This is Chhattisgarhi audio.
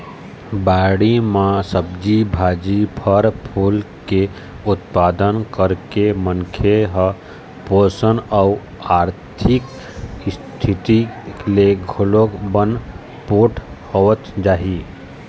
बाड़ी म सब्जी भाजी, फर फूल के उत्पादन करके मनखे ह पोसन अउ आरथिक इस्थिति ले घलोक बने पोठ होवत जाही